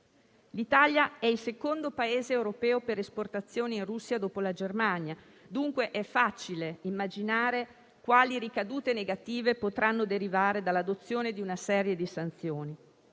L'Italia è il secondo Paese europeo per esportazioni in Russia dopo la Germania. Dunque, è facile immaginare quali ricadute negative potranno derivare dall'adozione di una serie di sanzioni.